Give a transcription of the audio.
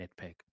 nitpick